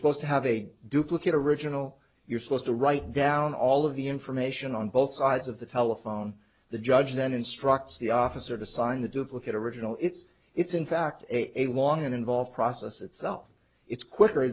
supposed to have a duplicate original you're supposed to write down all of the information on both sides of the telephone the judge then instructs the officer to sign the duplicate original it's it's in fact a long and involved process itself it's quicker